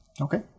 Okay